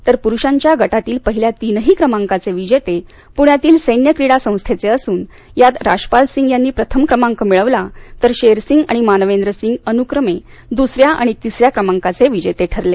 तर प्रुषांच्या गटातील पहिल्या तीनही क्रमाकांचे विजेते पृण्यातील सैन्य क्रिडा संस्थेचे असुन यात राशपाल सिंग यांनी प्रथम क्रमांक मिळवला तर शेर सिंग आणि मानवेंद्र सिंग अनुक्रमे दुसऱ्या आणि तिसऱ्या क्रमांकाचे विजेते ठरले